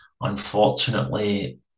unfortunately